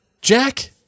Jack